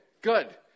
good